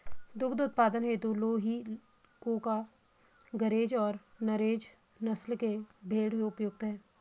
दुग्ध उत्पादन हेतु लूही, कूका, गरेज और नुरेज नस्ल के भेंड़ उपयुक्त है